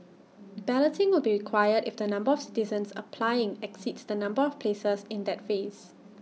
balloting will be required if the number of citizens applying exceeds the number of places in that phase